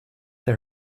they